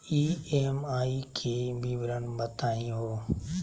EMI के विवरण बताही हो?